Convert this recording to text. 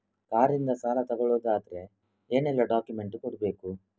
Car ಇಂದ ಸಾಲ ತಗೊಳುದಾದ್ರೆ ಏನೆಲ್ಲ ಡಾಕ್ಯುಮೆಂಟ್ಸ್ ಕೊಡ್ಬೇಕು?